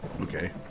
Okay